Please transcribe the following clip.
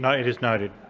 it is noted.